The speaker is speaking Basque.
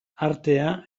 artea